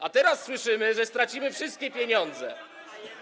A teraz słyszymy, że stracimy wszystkie pieniądze.